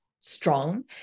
strong